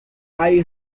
high